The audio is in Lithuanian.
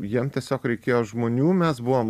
jiem tiesiog reikėjo žmonių mes buvom